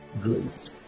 great